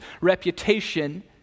reputation